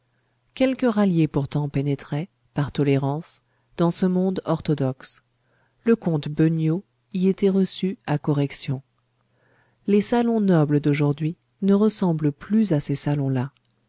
quelques ralliés pourtant pénétraient par tolérance dans ce monde orthodoxe le comte beugnot y était reçu à correction les salons nobles d'aujourd'hui ne ressemblent plus à ces salons là